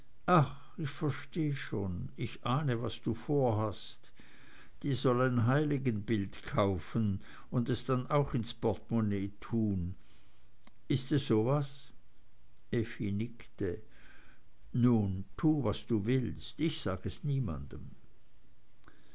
ich verstehe schon ich ahne was du vorhast die soll ein heiligenbild kaufen und es dann auch ins portemonnaie tun ist es so was effi nickte nun tu was du willst aber sag es niemandem